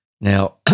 Now